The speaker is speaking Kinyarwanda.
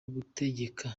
gutegeka